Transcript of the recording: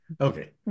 Okay